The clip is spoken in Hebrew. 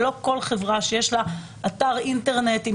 כדי שלא כל חברה שיש לה אתר אינטרנט עם